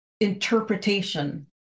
interpretation